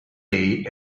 day